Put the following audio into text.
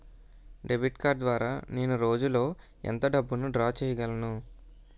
Debit card ద్వారా నేను రోజు లో ఎంత డబ్బును డ్రా చేయగలను?